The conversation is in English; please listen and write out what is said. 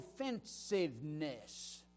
offensiveness